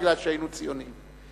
רק כי היינו ציונים.